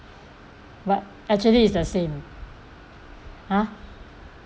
but actually it's the same !huh!